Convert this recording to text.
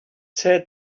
said